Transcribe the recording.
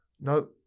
No